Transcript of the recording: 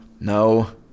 No